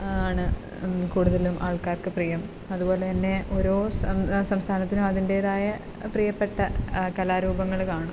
ആണ് കൂടുതലും ആൾക്കാർക്ക് പ്രിയം അതുപോലെതന്നെ ഓരോ സംസ്ഥാനത്തിനും അതിൻറ്റേതായ പ്രിയപ്പെട്ട കലാരൂപങ്ങൾ കാണും